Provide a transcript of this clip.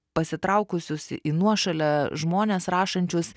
pasitraukusius į nuošalę žmones rašančius